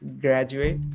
graduate